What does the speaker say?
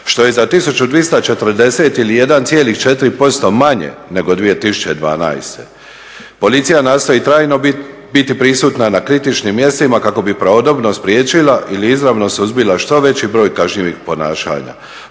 što je za 1240 ili 1,4% manje nego 2012. Policija nastoji trajno biti prisutna na kritičnim mjestima kako bi pravodobno spriječila ili izravno suzbila što veći broj kažnjivih ponašanja,